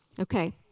Okay